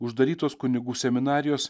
uždarytos kunigų seminarijos